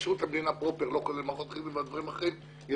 שירות המדינה פרופר יש 80,000-70,000.